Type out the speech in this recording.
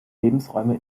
lebensräume